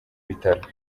bitaro